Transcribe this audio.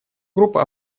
группа